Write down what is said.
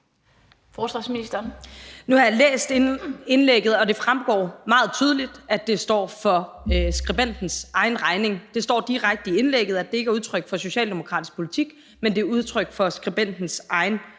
Bramsen): Nu har jeg læst indlægget, og det fremgår meget tydeligt, at det står for skribentens egen regning. Det står direkte i indlægget, at det ikke er udtryk for socialdemokratisk politik, men at det er udtryk for skribentens egen holdning.